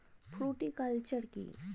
Fruticulture কী?